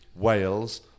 Wales